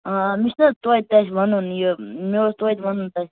آ مےٚ چھُنہ تویتہِ تۄہہِ وَنُن یہِ مےٚ اوس تویتہِ وَنُن تۄہہِ